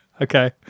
Okay